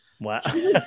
Wow